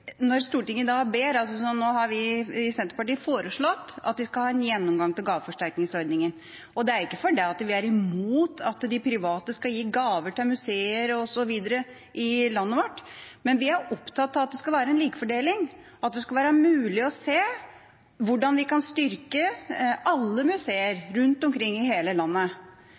skal ha – en gjennomgang av gaveforsterkningsordningen. Det er ikke fordi vi er imot at de private skal gi gaver til museer osv. i landet vårt, men vi er opptatt av at det skal være en likefordeling – det skal være mulig å se hvordan vi kan styrke alle museer